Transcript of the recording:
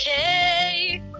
Okay